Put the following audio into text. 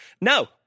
no